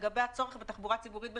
לגבי הצורך בתחבורה ציבורית בשבת,